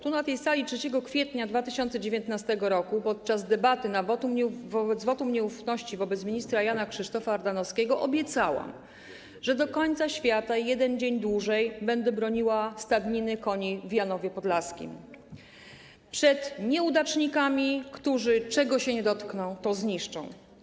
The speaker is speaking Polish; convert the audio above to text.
Tu, na tej sali, 3 kwietnia 2019 r. podczas debaty nad wotum nieufności wobec ministra Jana Krzysztofa Ardanowskiego obiecałam, że do końca świata i jeden dzień dłużej będę broniła stadniny koni w Janowie Podlaskim przed nieudacznikami, którzy czego się nie dotkną, to zniszczą.